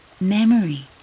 Memory